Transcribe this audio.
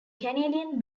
canadian